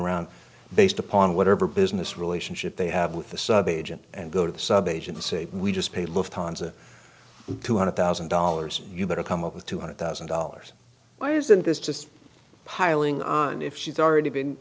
around based upon whatever business relationship they have with the subagent and go to the sub agency we just pay love ponza two hundred thousand dollars you better come up with two hundred thousand dollars why isn't this just piling on if she's already been